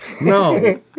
no